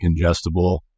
ingestible